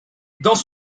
dans